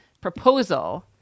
proposal